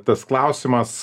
tas klausimas